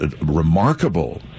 remarkable